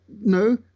no